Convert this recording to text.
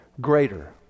greater